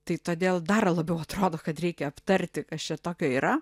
tai todėl dar labiau atrodo kad reikia aptarti kas čia tokio yra